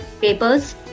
papers